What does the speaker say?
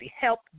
Help